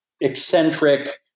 eccentric